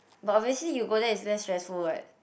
but obviously if you go there it's less stressful what